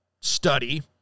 Study